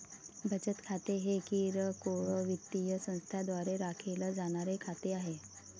बचत खाते हे किरकोळ वित्तीय संस्थांद्वारे राखले जाणारे खाते आहे